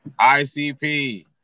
ICP